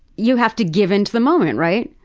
you have to give into the moment right?